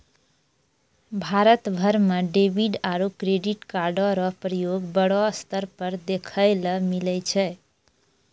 भारत भर म डेबिट आरू क्रेडिट कार्डो र प्रयोग बड़ो स्तर पर देखय ल मिलै छै